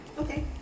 Okay